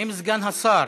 האם סגן השר?